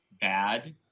bad